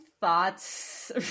thoughts